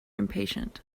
impatient